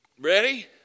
ready